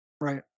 Right